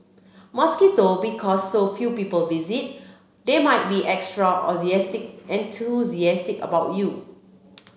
mosquito because so few people visit they might be extra enthusiastic and too enthusiastic about you